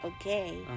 okay